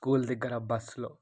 school దగ్గర బస్లో